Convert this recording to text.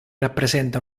rappresenta